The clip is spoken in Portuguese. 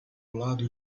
lado